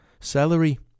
Celery